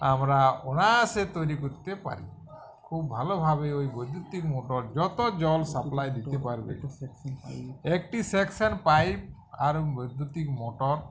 আমরা অনায়াসে তৈরি করতে পারি খুব ভালোভাবে ওই বৈদ্যুতিক মোটর যত জল সাপ্লাই দিতে পারবে একটি সাক্সন পাইপ আর ওই বৈদ্যুতিক মোটর